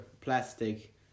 plastic